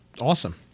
Awesome